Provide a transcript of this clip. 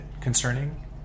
concerning